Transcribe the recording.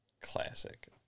Classic